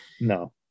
no